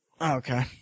Okay